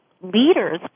leaders